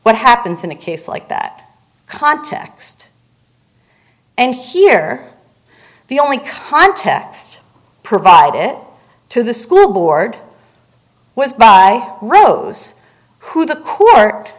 what happens in a case like that context and here the only context provide it to the school board was rose who the court